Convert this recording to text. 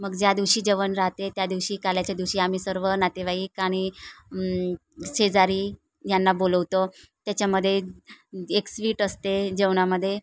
मग ज्या दिवशी जेवण राहते त्या दिवशी काल्याच्या दिवशी आम्ही सर्व नातेवाईक आणि शेजारी यांना बोलवतो त्याच्यामध्ये एक स्वीट असते जेवणामध्ये